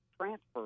transfer